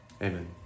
amen